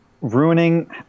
Ruining